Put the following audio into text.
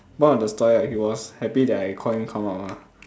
one of the story right he was happy that I call him come out ah